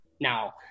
Now